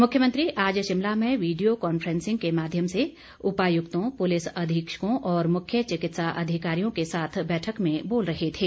मुख्यमंत्री आज शिमला में वीडिया कांफ्रेंसिंग के माध्यम से उपायुक्तों पुलिस अधीक्षकों ओर मुख्य चिकित्सा अधिकारियों के साथ बैठक में बोल रहे थे